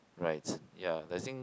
right yeah I think